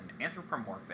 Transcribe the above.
anthropomorphic